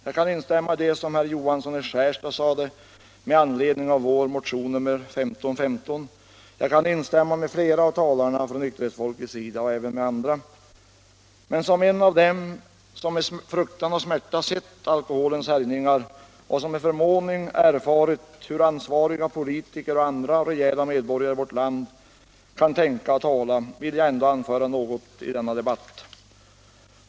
Jag kan instämma i det som herr Johansson i Skärstad sade med anledning av vår motion nr 1515. Jag kan också instämma i vad flera talare från nykterhetsfolkets sida har sagt. Som en av dem vilka med fruktan och smärta sett alkoholens härjningar och som med förvåning erfarit hur ansvariga politiker och andra rejäla medborgare i vårt land kan tänka och tala, vill jag anföra något i denna debatt.